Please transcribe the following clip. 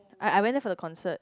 I I went there for the concert